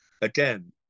again